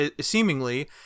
seemingly